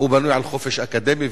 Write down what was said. בנוי על חופש אקדמי,